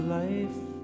life